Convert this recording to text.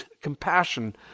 compassion